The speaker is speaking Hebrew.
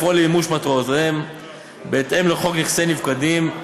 הנאמנים והיכולת שלהם לפעול למימוש מטרותיהם בהתאם לחוק נכסי נפקדים,